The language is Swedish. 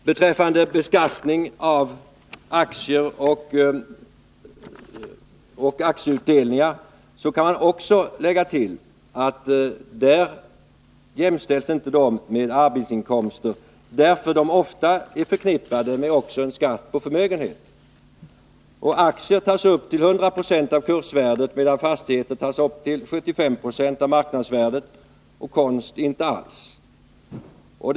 Beträffande beskattning av aktier och aktieutdelningar kan man lägga till att de inte jämställs med arbetsinkomster, eftersom de ofta är förknippade med en skatt på förmögenhet. Aktier tas upp till 100 20 av kursvärdet, medan fastigheter tas upp till 75 Zo av marknadsvärdet, och konst tas inte alls upp.